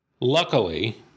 luckily